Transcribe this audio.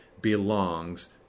belongs